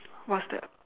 what's that